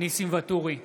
ניסים ואטורי,